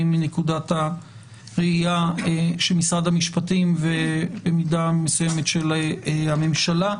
מנקודת הראייה של משרד המשפטים ובמידה מסוימת של הממשלה.